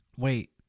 Wait